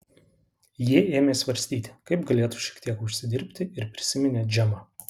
jie ėmė svarstyti kaip galėtų šiek tiek užsidirbti ir prisiminė džemą